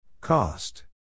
Cost